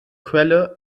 quelle